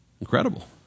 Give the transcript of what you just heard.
Incredible